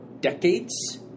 decades